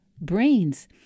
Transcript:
brains